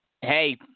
Hey